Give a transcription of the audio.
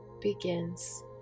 begins